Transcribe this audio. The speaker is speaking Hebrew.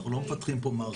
אנחנו לא מפתחים פה מערכות.